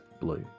blue